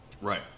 Right